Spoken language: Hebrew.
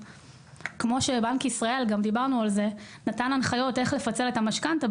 כמו שבנק ישראל נתן הנחיות איך לפצל את המשכנתה,